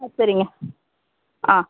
ஆ சரிங்க ஆ